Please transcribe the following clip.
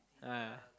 yeah